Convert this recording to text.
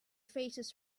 faces